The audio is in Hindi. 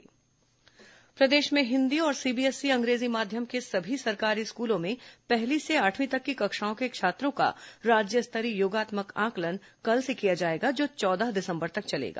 राज्य स्तरीय आंकलन प्रदेश में हिन्दी और सीबीएसई अंग्रेजी माध्यम के सभी सरकारी स्कूलों में पहली से आठवीं तक की कक्षाओं के छात्रों का राज्य स्तरीय योगात्मक आंकलन कल से किया जाएगा जो चौदह दिसम्बर तक चलेगा